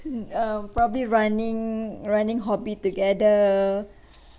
uh probably running running hobby together